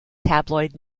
tabloid